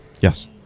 Yes